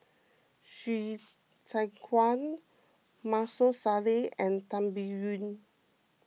Hsu Tse Kwang Maarof Salleh and Tan Biyun